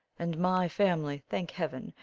and my family, thank heaven,